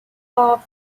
love